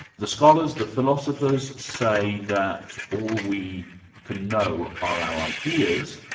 the scholars, the philosophers say that all we can know are our ideas,